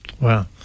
Wow